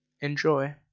Enjoy